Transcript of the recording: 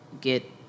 get